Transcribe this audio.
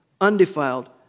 undefiled